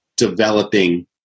developing